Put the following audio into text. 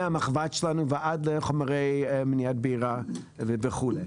מהמחבת שלנו ועד לחומרי מניעת בעירה וכולי.